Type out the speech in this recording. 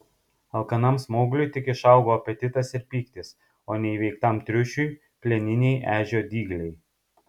alkanam smaugliui tik išaugo apetitas ir pyktis o neįveiktam triušiui plieniniai ežio dygliai